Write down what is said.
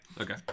Okay